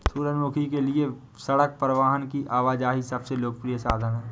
सूरजमुखी के लिए सड़क परिवहन की आवाजाही सबसे लोकप्रिय साधन है